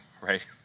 right